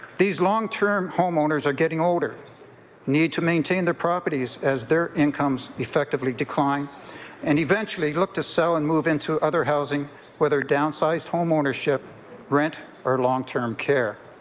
these long-term home owners are getting older need to maintain their properties as their incomes effectively decline and eventually look to sell and move into other housing where their down sized home ownership rent or long-term care.